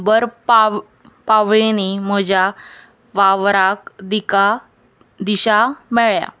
बर पाव पावळींनी म्हज्या वावराक दिका दिशा मेळ्ळ्या